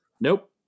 Nope